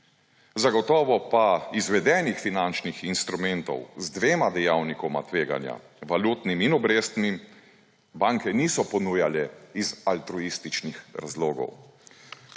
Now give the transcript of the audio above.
Zagotovo pa izvedenih finančnih instrumentov z dvema dejavnikoma tveganja ‒ valutnim in obrestnim ‒ banke niso ponujale iz altruističnih razlogov.